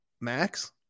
Max